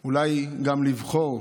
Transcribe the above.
היא אולי גם לבחור,